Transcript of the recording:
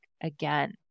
again